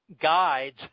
guides